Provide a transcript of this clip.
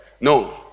no